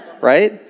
right